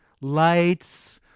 lights